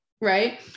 right